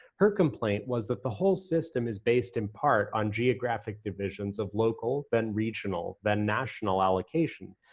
her complaint was that the whole system is based in part on geographic divisions of local, then regional, then national allocation.